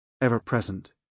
ever-present